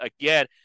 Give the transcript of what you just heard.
again